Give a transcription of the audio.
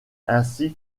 ainsi